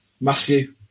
Matthew